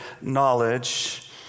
knowledge